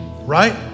right